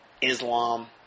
Islam